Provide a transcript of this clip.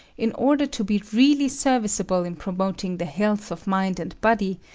in order to be really serviceable in promoting the health of mind and body,